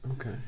Okay